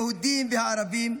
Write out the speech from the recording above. היהודים והערבים,